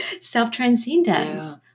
self-transcendence